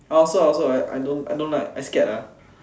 I also I also I don't like I scared ah